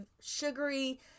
sugary